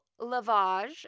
lavage